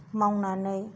मावनानै